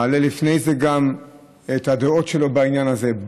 ומעלה לפני זה גם את הדעות שלו בעניין הזה,